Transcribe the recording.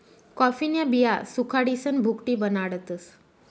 कॉफीन्या बिया सुखाडीसन भुकटी बनाडतस